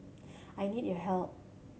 I need your help